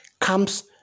comes